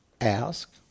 ask